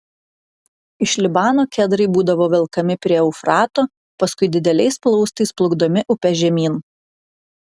iš libano kedrai būdavo velkami prie eufrato paskui dideliais plaustais plukdomi upe žemyn